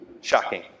shocking